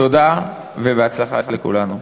תודה, ובהצלחה לכולנו.